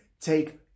take